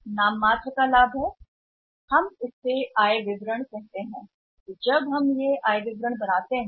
यह नाममात्र का लाभ है क्योंकि जब आप तैयार करते हैं कि यह आय विवरण है जिसे हम इसे कहते हैं आय विवरण के रूप में